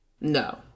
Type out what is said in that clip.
No